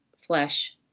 flesh